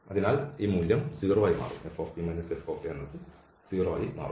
അതിനാൽ ഈ മൂല്യം 0 ആയി മാറും